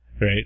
Right